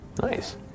Nice